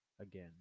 again